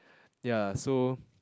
ya so